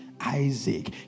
Isaac